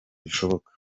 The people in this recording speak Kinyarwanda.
bishoboka